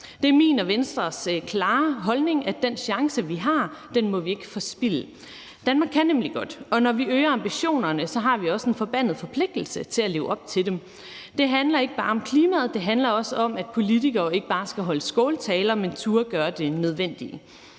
Det er min og Venstres klare holdning, at den chance, vi har, må vi ikke forspilde. Danmark kan nemlig godt, og når vi øger ambitionerne, har vi også en forbandet forpligtelse til at leve op til dem. Det handler ikke bare om klimaet; det handler også om, at politikere ikke bare skal holde skåltaler, men turde gøre det nødvendige.